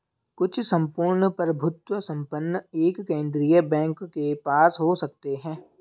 कुछ सम्पूर्ण प्रभुत्व संपन्न एक केंद्रीय बैंक के पास हो सकते हैं